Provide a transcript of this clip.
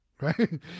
right